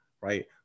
right